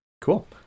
Cool